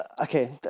okay